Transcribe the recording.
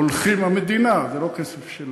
הולכים, המדינה, זה לא כסף של